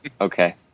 okay